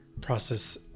process